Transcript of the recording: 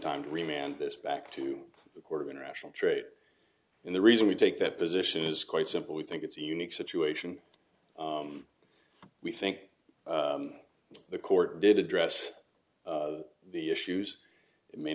and this back to the court of international trade and the reason we take that position is quite simple we think it's a unique situation we think the court did address the issues it may